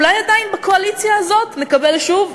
אולי עדיין בקואליציה הזאת נקבל שוב,